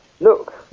Look